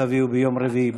תביאו ביום רביעי.